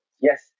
yes